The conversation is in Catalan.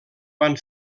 van